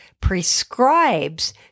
prescribes